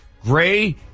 Gray